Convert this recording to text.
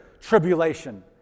tribulation